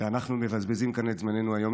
ואנחנו מבזבזים כאן את זמננו היום.